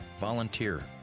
Volunteer